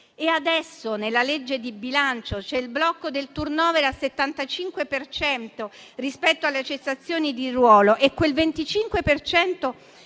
Adesso, nella legge di bilancio c'è il blocco del *turnover* al 75 per cento rispetto alle cessazioni di ruolo e quel 25